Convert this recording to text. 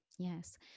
Yes